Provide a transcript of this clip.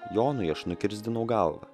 jonui aš nukirsdinau galvą